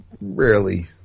rarely